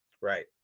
Right